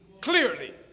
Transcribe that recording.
clearly